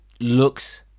looks